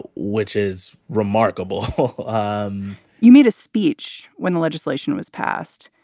which is remarkable um you made a speech when the legislation was passed.